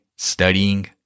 Studying